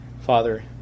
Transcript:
Father